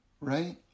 right